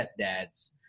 stepdads